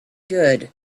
good